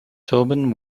tobin